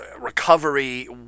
recovery